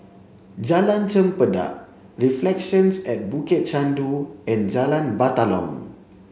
Jalan Chempedak Reflections at Bukit Chandu and Jalan Batalong